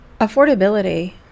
Affordability